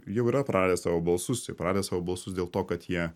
jau yra praradę savo balsus praradę savo balsus dėl to kad jie